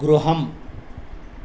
गृहम्